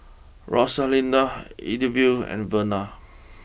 Rosalinda Eithel and Verna